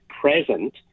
present